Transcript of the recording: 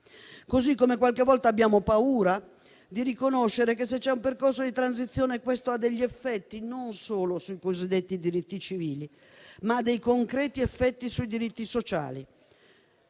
modo qualche volta abbiamo paura di riconoscere che, se c'è un percorso di transizione, questo non solo ha degli effetti sui cosiddetti diritti civili, ma ha dei concreti effetti sui diritti sociali.